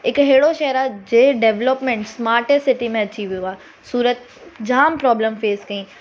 हिकु अहिड़ो शहर आहे जे डेवलपमेंट स्माटस्ट सिटी में अची वियो आहे सूरत जाम प्रॉब्लम फेस कयईं